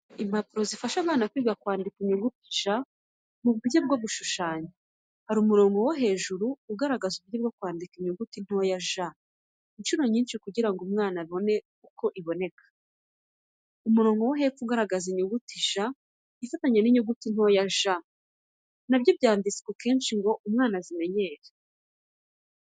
Impapuro zifasha abana kwiga kwandika inyuguti “J j” mu buryo bwo gushushanya. Hari umurongo wo hejuru ugaragaza uburyo bwo kwandika inyuguti ntoya j inshuro nyinshi kugira ngo umwana abone uko iboneka. Umurongo wo hepfo ugaragaza inyuguti nkuru 'J' ifatanye n’inyuguti ntoya 'j' , nabyo byanditswe kenshi ngo umwana azimenyerere.